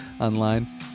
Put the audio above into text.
online